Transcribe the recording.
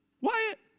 Wyatt